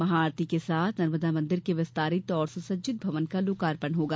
महा आरती के साथ नर्मदा मंदिर के विस्तारित और सुसज्जित भवन का लोकार्पण होगा